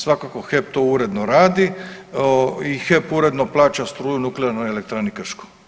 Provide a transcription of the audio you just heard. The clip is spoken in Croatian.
Svakako HEP to uredno radi i HEP uredno plaća struju Nuklearnoj elektrani Krško.